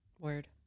Word